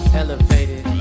elevated